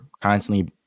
constantly